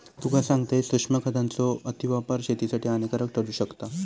तुका सांगतंय, सूक्ष्म खतांचो अतिवापर शेतीसाठी हानिकारक ठरू शकता